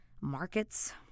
markets